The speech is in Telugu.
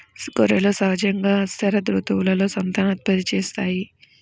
గొర్రెలు సహజంగా శరదృతువులో సంతానోత్పత్తి చేస్తాయి